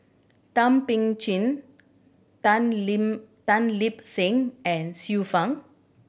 Thum Ping Tjin Tan Lin Tan Lip Seng and Xiu Fang